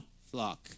flock